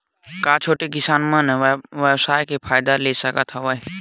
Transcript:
का छोटे किसान मन ई व्यवसाय के फ़ायदा ले सकत हवय?